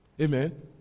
Amen